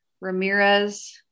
ramirez